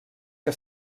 que